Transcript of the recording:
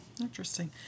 Interesting